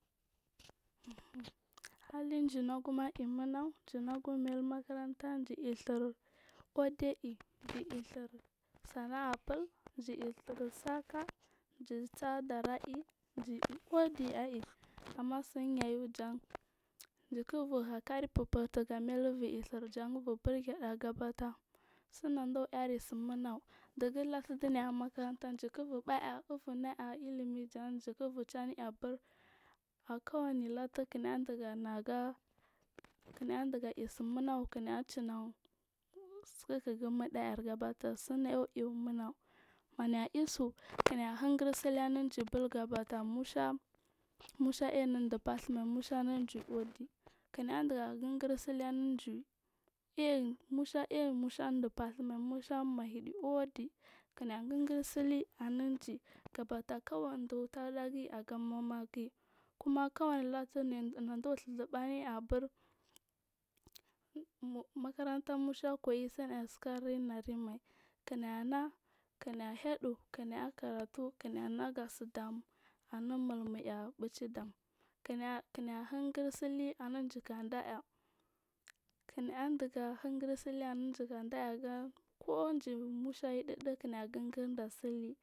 Uhun halijmagumayi munau jinagum mailu makaranta ji ir ndhir kode i ji dhir sana a ful ji ir dhir saka ji saa darai jiiku si ai amma sinyayujan jiki bug ha lubur dhir jan ubu birgeɗa gaba ta sunagum ɗuar sumunau laturdi naya makaranta jikibur ɓaya ufu na aya ilimi janjikbur ceniya bur akuwani latuknadiga naaga kinɗiga aiw simunagu kunayacina sikku gu amaɗaar batar sinaiw munau naya isu kina hingir silianu jikibata musha ainu du basumai musha ain uji udi kinadiga hingir silianu ji in musha in nudu ɓa sumai musha mahidi udi nahingur sili anuji gabata kawai dutalagi aga mama jiyi kuma kawai latu andu bur dhu zubu niya abur makaranta musha kuyi sanasika rainarimai kinayi na kina uyaɗu kinya karatu kinaya gasidam anu mulmur ar bichi dam kina hingaur sili anujik ɗaya andi ga hingir sili anujik daya kinashingurda sili.